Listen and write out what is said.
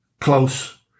close